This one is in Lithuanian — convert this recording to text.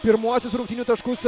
pirmuosius rungtynių taškus